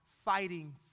Fighting